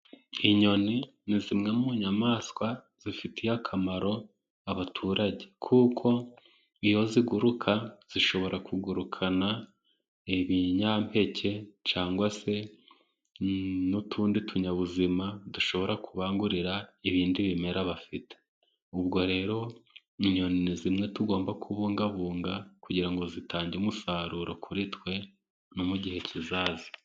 Inyoni ni zimwe mu nyamaswa zifitiye akamaro abaturage, kuko iyo ziguruka zishobora kugurukana ibinyampeke cyangwa se n'utundi tunyabuzima dushobora kubangurira ibindi bimera bafite, ubwo rero inyoni zimwe tugomba kubungabunga, kugira ngo zitange umusaruro kuri twe no mu gihe kizaza.